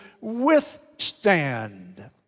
withstand